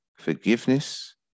Forgiveness